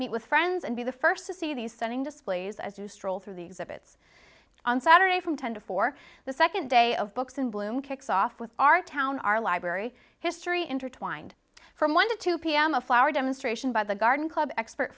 meet with friends and be the first to see these stunning displays as you stroll through the exhibits on saturday from ten to four the second day of books in bloom kicks off with our town our library history intertwined from one to two pm a flower demonstration by the garden club expert